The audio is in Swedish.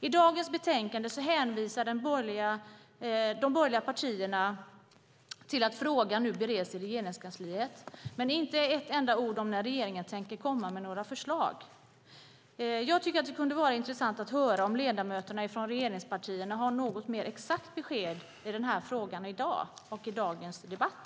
I dagens betänkande hänvisar de borgerliga partierna till att frågan nu bereds i Regeringskansliet, men det är inte ett enda ord om när regeringen tänker komma med några förslag. Jag tycker att det kunde vara intressant att höra om ledamöterna från regeringspartierna har något mer exakt besked i frågan i dag och i dagens debatt.